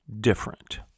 different